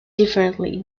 differently